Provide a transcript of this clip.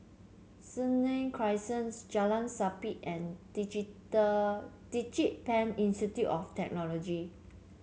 Senang Crescent Jalan Sabit and DigiPen Institute of Technology